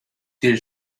til